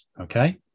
okay